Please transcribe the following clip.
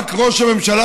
רק ראש הממשלה,